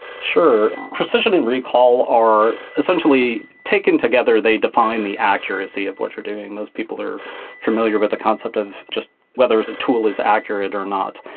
sure precision and recall are essentially, taken together, they define the accuracy of what you're doing. most people are familiar with the concept of just whether the tool is accurate or not.